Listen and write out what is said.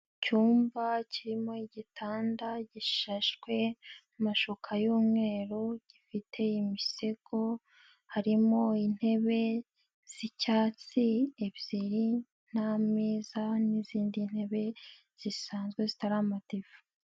Icyumba kirimo igitanda gishashwe amashuka y'umweru, gifite imisego, harimo intebe z'icyatsi ebyiri n'ameza n'izindi ntebe zisanzwe zitara amadive.